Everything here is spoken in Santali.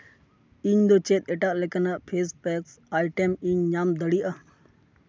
ᱤᱧᱫᱚ ᱪᱮᱫ ᱮᱴᱟᱜ ᱞᱮᱠᱟᱱᱟᱜ ᱯᱷᱮᱥ ᱯᱮᱠ ᱟᱭᱴᱮᱢ ᱤᱧ ᱧᱟᱢ ᱫᱟᱲᱮᱭᱟᱜᱼᱟ